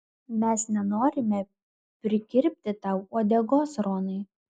mes nenorime prikirpti tau uodegos ronai